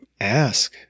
ask